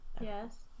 Yes